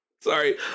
sorry